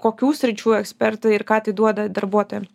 kokių sričių ekspertai ir ką tai duoda darbuotojam